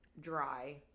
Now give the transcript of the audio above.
dry